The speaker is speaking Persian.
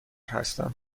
هستم